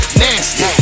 nasty